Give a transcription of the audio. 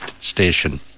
station